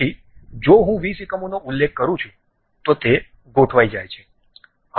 પછી જો હું 20 એકમોનો ઉલ્લેખ કરું છું તો તે ગોઠવાયું છે